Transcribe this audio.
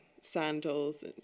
sandals